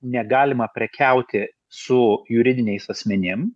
negalima prekiauti su juridiniais asmenim